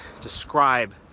describe